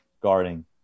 guarding